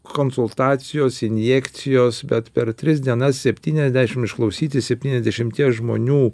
konsultacijos injekcijos bet per tris dienas septyniasdešim išklausyti septyniadešimties žmonių